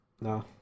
no